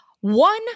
one